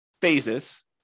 phases